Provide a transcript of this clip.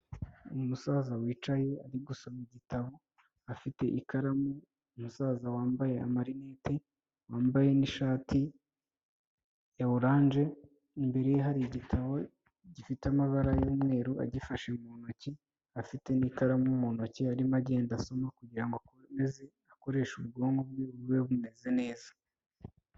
Umusaza wicaye ari gusoma igitabo, afite ikaramu, umusaza wambaye amarineti, wambaye n'ishati ya orange, imbere hari igitabo gifite amabara y'umweru, agifashe mu ntoki, afite n'ikaramu mu ntoki, arimo agenda asoma kugirango akomez akoreshe ubwonko bwe bube bumeze neza.